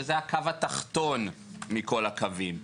שזה הקו התחתון מכל הקווים,